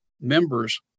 members